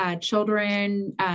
children